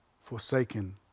forsaken